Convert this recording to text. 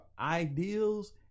ideals